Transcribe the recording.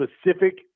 specific